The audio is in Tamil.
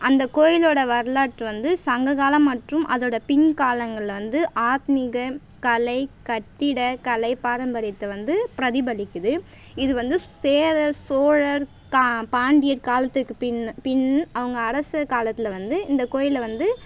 அந்தக் கோவிலோட வரலாற்று வந்து சங்க கால மற்றும் அதோடய பின் காலங்களில் வந்து ஆத்மீக கலை கட்டிடக்கலை பாரம்பரியத்தை வந்து பிரதிபலிக்குது இது வந்து சேர சோழர் பாண்டியர் காலத்துக்கு பின் பின் அவங்க அரச காலத்தில் வந்து இந்தக் கோவில வந்து